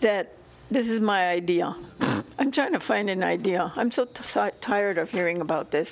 that this is my idea i'm trying to find an idea i'm so tired of hearing about this